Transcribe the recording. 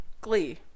glee